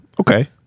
okay